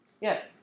Yes